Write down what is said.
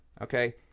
okay